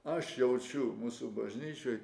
aš jaučiu mūsų bažnyčioj